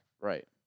Right